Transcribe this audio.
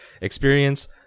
experience